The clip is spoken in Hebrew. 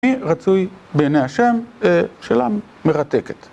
מי רצוי בעיני ה' שאלה אה.. מרתקת